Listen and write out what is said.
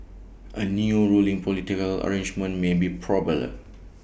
A new ruling political arrangement may be probable